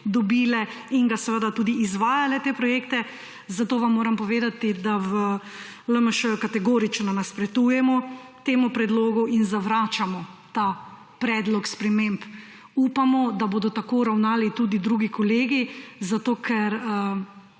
dobile, in so seveda izvajale te projekte. Zato vam moram povedati, da v LMŠ kategorično nasprotujemo temu predlogu in zavračamo ta predlog sprememb. Upamo, da bodo tako ravnali tudi drugi kolegi, zato ker